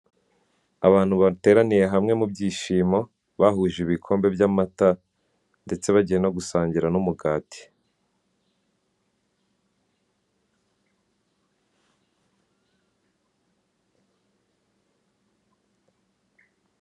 Abantu bateraniye hamwe mu byishimo, bahuje ibikombe by'amata ndetse bagiye gusangirira hamwe umugati.